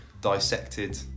dissected